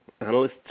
analysts